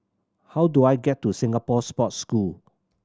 how do I get to Singapore Sports School